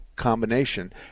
combination